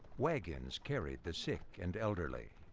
wagons carried the sick and elderly.